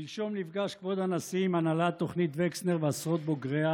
שלשום נפגש כבוד הנשיא עם הנהלת תוכנית וקסנר ועשרות בוגריה